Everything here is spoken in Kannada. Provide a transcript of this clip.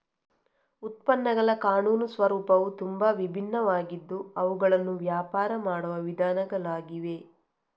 ಉತ್ಪನ್ನಗಳ ಕಾನೂನು ಸ್ವರೂಪವು ತುಂಬಾ ವಿಭಿನ್ನವಾಗಿದ್ದು ಅವುಗಳನ್ನು ವ್ಯಾಪಾರ ಮಾಡುವ ವಿಧಾನಗಳಾಗಿವೆ